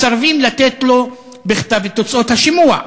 מסרבים לתת לו בכתב את תוצאות השימוע.